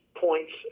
points